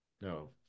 No